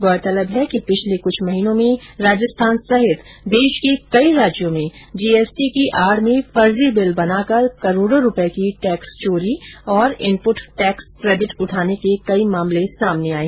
गौरतलब है कि पिछले कुछ महिनों में राजस्थान सहित देश के कई राज्यों में जीएसटी की आड में फर्जी बिल बनाकर करोडों रुपए की टैक्स चोरी और इनपूट टैक्स क्रेडिट उठाने के कई मामले सामने आए थे